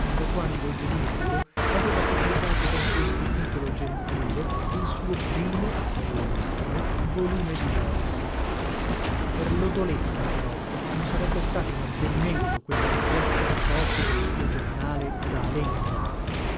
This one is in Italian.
da quando giovinetto aveva pubblicato con questo titolo gentile il suo primo e ultimo volume di versi per lodoletta però non sarebbe stato un avvenimento quella richiesta di copie del suo giornale da alenga